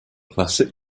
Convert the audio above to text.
classic